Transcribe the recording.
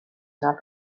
not